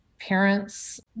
parents